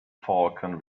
falcon